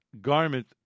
garment